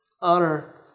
Honor